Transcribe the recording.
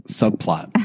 subplot